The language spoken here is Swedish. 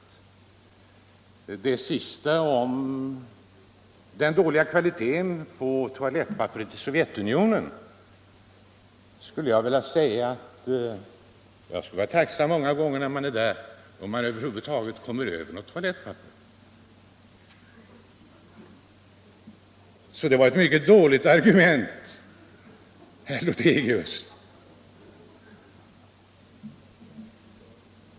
Beträffande det sista om den dåliga kvaliteten på toalettpapperet i Sovjetunionen skulle jag vilja säga att man, när man är där, många gånger vore tacksam om man över huvud taget kom över något toalettpapper. Det var ett dåligt argument, herr Lothigius.